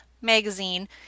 magazine